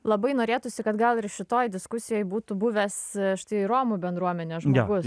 labai norėtųsi kad gal ir šitoj diskusijoj būtų buvęs štai romų bendruomenės žmogus